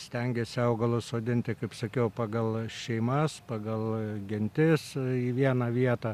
stengėsi augalus sodinti kaip sakiau pagal šeimos pagal gentis į vieną vietą